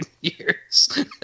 years